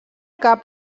cap